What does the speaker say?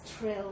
trill